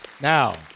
Now